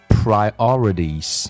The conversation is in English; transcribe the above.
priorities